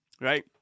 right